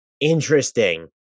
Interesting